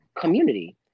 community